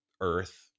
earth